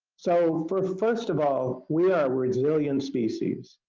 so for first of all, we are resilient species.